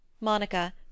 Monica